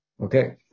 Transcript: Okay